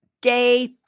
day